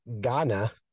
Ghana